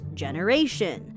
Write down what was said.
generation